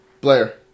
Blair